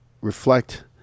reflect